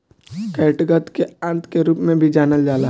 catgut के आंत के रूप में भी जानल जाला